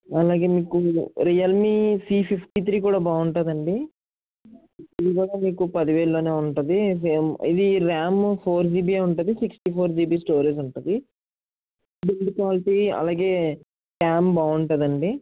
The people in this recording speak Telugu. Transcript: అలాగే మీకు real me see fifty three కూడా బాగుంటుందండి ఇది కూడా మీకు పది వేలలోనే ఉంటుంది సేమ్ ఇది RAM four జీబీయే sixty four GB storage ఉంటుంది స్పీడ్ క్వాలిటీ అలాగే క్యామ్ బాగుంటుందండి